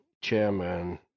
chairman